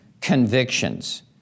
convictions